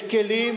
יש כלים,